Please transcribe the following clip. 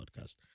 podcast